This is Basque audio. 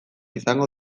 izango